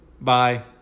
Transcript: Bye